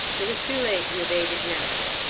it is too late to evade it now.